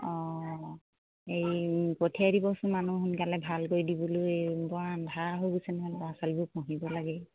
অঁ এই পঠিয়াই দিবচোন মানুহ সোনকালে ভাল কৰি দিবলৈ বৰ আন্ধাৰা হৈ গৈছে নহয় ল'ৰা ছোৱালীবোৰ পঢ়িব লাগে